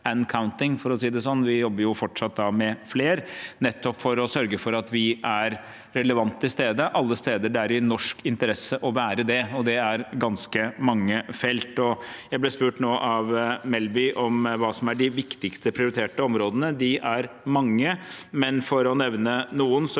counting», for å si det sånn. Vi jobber fortsatt med flere, nettopp for å sørge for at vi er relevant til stede alle steder der det er i norsk interesse å være det, og det gjelder ganske mange felter. Jeg ble spurt nå av representanten Melby om hva som er de viktigste prioriterte områdene. De er mange, men for å nevne noen